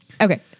Okay